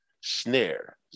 snare